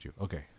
Okay